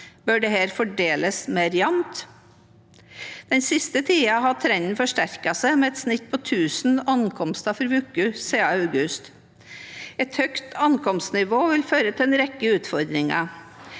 Bør dette fordeles mer jevnt? Den siste tiden har trenden forsterket seg, med et snitt på 1 000 ankomster i uka siden august. Et høyt ankomstnivå vil føre til en rekke utfordringer.